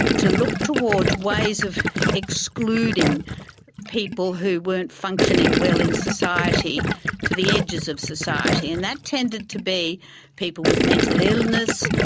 to look towards ways of excluding people who weren't functioning well in society to the edges of society. and that tended to be people with mental illness,